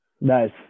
nice